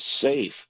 safe